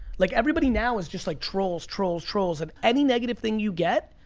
like everybody now is just like, trolls, trolls, trolls. and any negative thing you get,